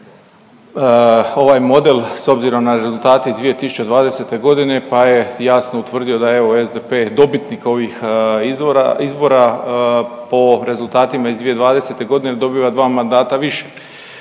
ovaj model s obzirom na rezultate iz 2020.g., pa je jasno utvrdio da je evo SDP dobitnik ovih izbora, po rezultatima iz 2020.g. dobiva dva mandata više.